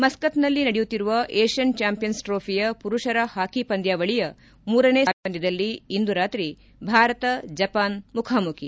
ಮಸ್ಗಚ್ನಲ್ಲಿ ನಡೆಯುತ್ತಿರುವ Asian champions ಟ್ರೋಫಿಯ ಪುರುಪರ ಹಾಕಿ ಪಂದ್ಲಾವಳಿಯ ಮೂರನೇ ಸುತ್ತಿನ ರಾಬಿನ್ ಪಂದ್ಲದಲ್ಲಿ ಇಂದು ರಾತ್ರಿ ಭಾರತ ಜಪಾನ್ ಮುಖಾಮುಖಿ